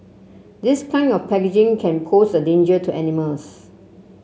this kind of packaging can pose a danger to animals